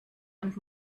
und